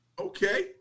okay